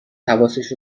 حواسش